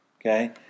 Okay